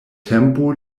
tempo